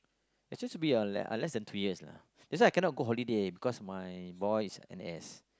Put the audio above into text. actually should be uh less than three years lah that's why I cannot go holiday because my boy is N_S